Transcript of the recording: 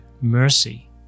mercy